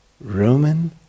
Roman